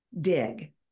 dig